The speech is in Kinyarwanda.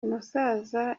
umusaza